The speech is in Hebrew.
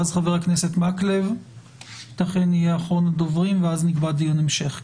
ואז חבר הכנסת מקלב יהיה אחרון הדוברים ואז נקבע דיון המשך.